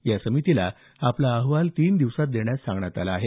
या समितीला आपला अहवाल तीन दिवसात देण्यास सांगण्यात आलं आहे